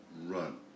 run